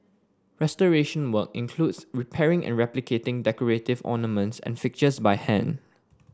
restoration work includes repairing and replicating decorative ornaments and fixtures by hand